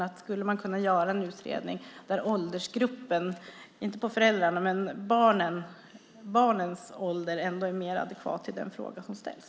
Kanske kunde man göra en utredning där barnens ålder är mer adekvat i förhållande till den fråga som ställs.